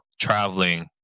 traveling